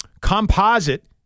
composite